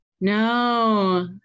No